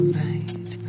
right